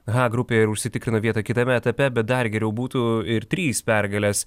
h grupėje ir užsitikrino vietą kitame etape bet dar geriau būtų ir trys pergalės